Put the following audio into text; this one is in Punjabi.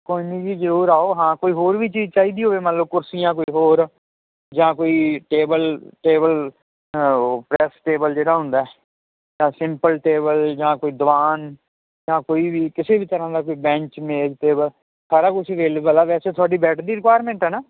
ਕੋਈ ਨੀ ਜੀ ਜਰੂਰ ਆਓ ਹਾਂ ਕੋਈ ਹੋਰ ਵੀ ਚੀਜ ਚਾਈਦੀ ਹੋਵੇ ਮੰਨ ਲੋ ਕੁਰਸੀਆਂ ਕੋਈ ਹੋਰ ਜਾਂ ਕੋਈ ਟੇਬਲ ਟੇਬਲ ਉਹ ਪ੍ਰੈੱਸ ਟੇਬਲ ਜਿਹੜਾ ਹੁੰਦਾ ਐ ਜਾਂ ਸਿੰਪਲ ਟੇਬਲ ਜਾਂ ਕੋਈ ਦੀਵਾਨ ਜਾਂ ਕੋਈ ਵੀ ਕਿਸੇ ਵੀ ਤਰ੍ਹਾਂ ਦਾ ਕੋਈ ਬੈਂਚ ਮੇਜ ਟੇਬਲ ਸਾਰਾ ਕੁਛ ਅਵੇਲੇਬਲ ਐ ਵੈਸੇ ਥੋਡੀ ਬੈੱਡ ਦੀ ਰਿਕੁਆਇਰਮੈਂਟ ਐ ਨਾ